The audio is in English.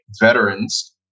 veterans